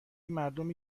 مردمی